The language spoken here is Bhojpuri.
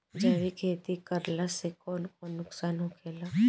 जैविक खेती करला से कौन कौन नुकसान होखेला?